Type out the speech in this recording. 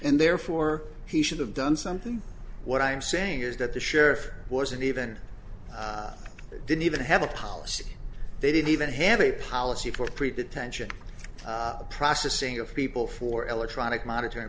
and therefore he should have done something what i'm saying is that the sheriff wasn't even didn't even have a policy they didn't even have a policy for pretention processing of people for electronic monitoring